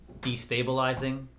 destabilizing